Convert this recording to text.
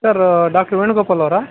sir doctor Venugopal ಅವರಾ